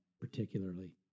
particularly